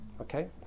Okay